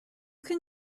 can